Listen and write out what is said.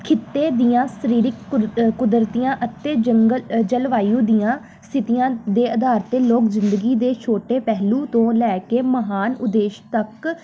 ਖਿੱਤੇ ਦੀਆਂ ਸਰੀਰਕ ਕੁ ਕੁਦਰਤੀਆਂ ਅਤੇ ਜੰਗਲ ਜਲਵਾਯੂ ਦੀਆਂ ਸਿੱਧੀਆਂ ਦੇ ਅਧਾਰ 'ਤੇ ਲੋਕ ਜ਼ਿੰਦਗੀ ਦੇ ਛੋਟੇ ਪਹਿਲੂ ਤੋਂ ਲੈ ਕੇ ਮਹਾਨ ਉਦੇਸ਼ ਤੱਕ